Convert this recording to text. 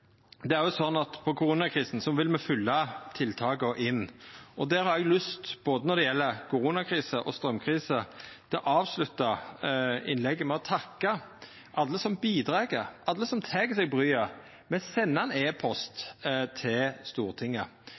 Det er også slik at for koronakrisa vil me følgja tiltaka inn. Eg har lyst til, både når det gjeld koronakrisa og straumkrisa, å avslutta innlegget med å takka alle som bidreg, alle som tek seg bryet med å senda ein e-post til Stortinget,